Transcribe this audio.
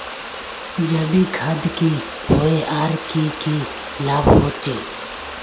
जैविक खाद की होय आर की की लाभ होचे?